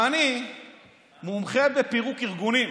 אני מומחה בפירוק ארגונים.